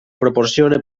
proporciona